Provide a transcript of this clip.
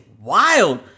wild